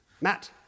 Matt